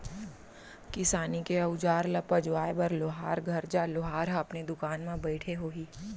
किसानी के अउजार ल पजवाए बर लोहार घर जा, लोहार ह अपने दुकान म बइठे होही